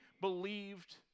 believed